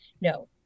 no